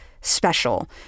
special